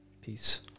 peace